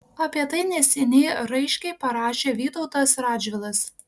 apie tai neseniai raiškiai parašė vytautas radžvilas